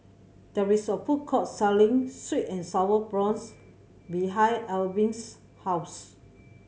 there is a food court selling sweet and Sour Prawns behind Albin's house